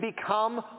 become